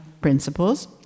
principles